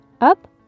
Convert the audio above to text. Up